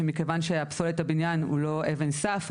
שמכיוון שפסולת הבניין הוא לא אבן סף,